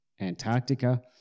Antarctica